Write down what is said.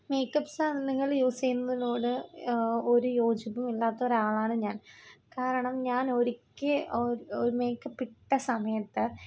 makeup സാധനങ്ങൾ യൂസെയ്യുന്നതിനോട് ഒരു യോജിപ്പുമില്ലാത്തൊരാളാണ് ഞാൻ കാരണം ഞാൻ ഒരിക്കെ ഒ ഒരു മേക്കപ്പ് ഇട്ട സമയത്ത്